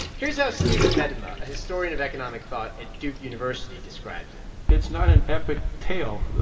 here's how steven medema, a historian of economic thought at duke university, describes it it's not an epic tale.